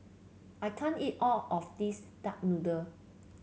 I can't eat all of this Duck Noodle